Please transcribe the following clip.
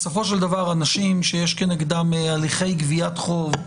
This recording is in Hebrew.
בסופו של דבר אנשים שיש כנגדם הליכי גביית חוב,